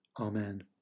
Amen